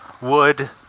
wood